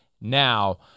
now